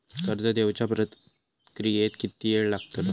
कर्ज देवच्या प्रक्रियेत किती येळ लागतलो?